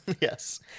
yes